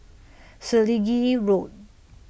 Selegie Road